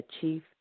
chief